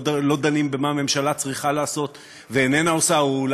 לא דנים במה הממשלה צריכה לעשות ואיננה עושה,